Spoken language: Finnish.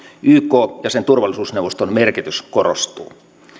ykn ja sen turvallisuusneuvoston merkitys korostuu